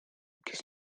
kes